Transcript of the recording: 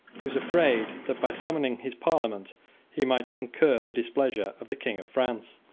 he was afraid that by summoning his parliament he might incur the displeasure of the king of france.